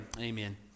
Amen